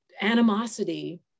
animosity